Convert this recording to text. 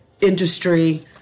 industry